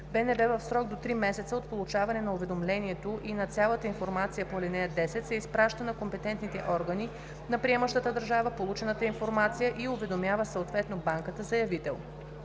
БНБ в срок до три месеца от получаването на уведомлението и на цялата информация по ал. 10 изпраща на компетентните органи на приемащата държава получената информация и уведомява съответно банката заявител.